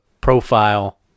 profile